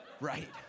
right